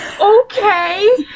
Okay